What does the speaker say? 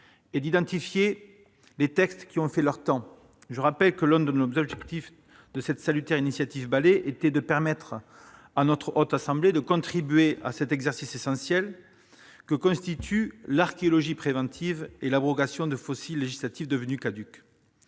et d'identifier les textes qui ont fait leur temps. Je rappelle que l'un des objectifs de cette salutaire initiative était de permettre à la Haute Assemblée de contribuer à un exercice essentiel : l'archéologie législative et l'abrogation des « fossiles législatifs » devenus caducs.